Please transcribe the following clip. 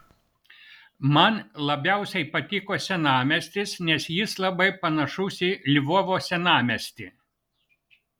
man labiausiai patiko senamiestis nes jis labai panašus į lvovo senamiestį